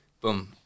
boom